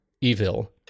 evil